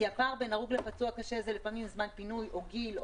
כי הפער בין הרוג ופצוע קשה זה לפעמים זמן פינוי או גיל.